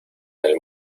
del